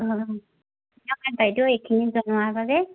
অঁ ধন্যবাদ বাইদেউ এইখিনি জনোৱাৰ বাবে